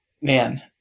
Man